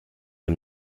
dem